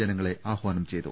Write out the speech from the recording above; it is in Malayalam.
ജനങ്ങളെ ആഹ്വാനം ചെയ്തു